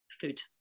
food